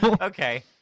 Okay